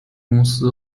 公司